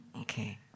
Okay